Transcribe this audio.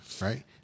right